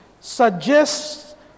suggests